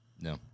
No